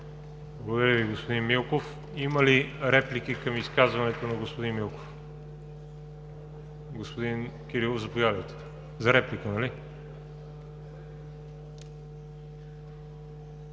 Благодаря Ви, господин Попов. Има ли реплики към изказването на господин Попов? Господин Кирилов, заповядайте за реплика.